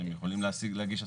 שהם יכולים להגיש השגות.